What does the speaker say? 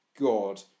God